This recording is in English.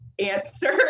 answer